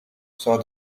saw